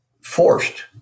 forced